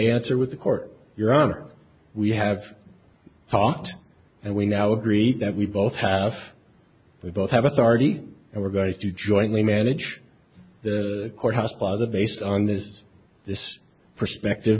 answer with the court your honor we have thought and we now agree that we both have we both have authority and were very few jointly manage the court house by the based on this this perspective